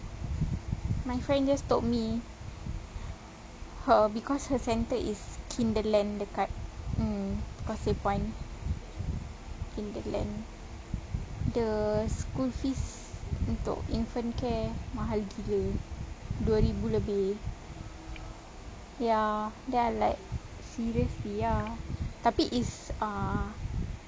my friend just told me her because her centre is kinderland dekat mm causeway point kinderland the school fees untuk infant care mahal gila dua ribu lebih ya then I like seriously ah tapi is err